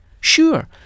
Sure